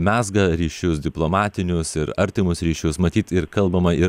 mezga ryšius diplomatinius ir artimus ryšius matyt ir kalbama ir